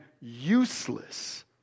useless